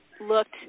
looked